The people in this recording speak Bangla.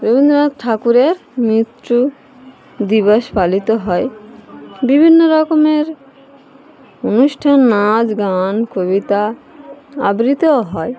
রবীন্দ্রনাথ ঠাকুরের মৃত্যু দিবস পালিত হয় বিভিন্ন রকমের অনুষ্ঠান নাচ গান কবিতা আবৃত্তিও হয়